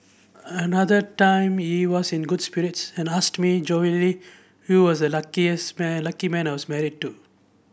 another time he was in good spirits and asked me jovially who was the luckiest man lucky man I was married to